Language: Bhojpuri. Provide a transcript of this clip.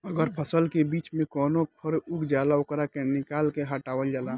अगर फसल के बीच में कवनो खर उग जाला ओकरा के निकाल के हटावल जाला